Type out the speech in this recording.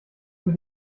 mit